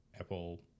Apple